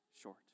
short